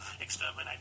exterminate